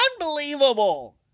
Unbelievable